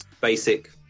basic